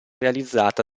realizzata